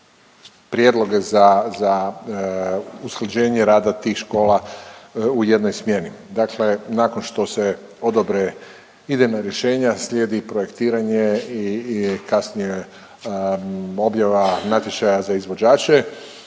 prijedloge za usklađenje rada tih škola u jednoj smjeni. Dakle nakon što se odobre idejna rješenja, slijedi projektiranje i kasnije objava natječaja za izvođače,